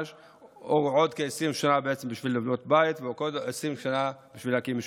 עוד כ-20 שנה בשביל לבנות בית ועוד 20 שנה בשביל להקים משפחה.